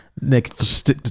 next